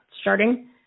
starting